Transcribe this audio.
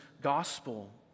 gospel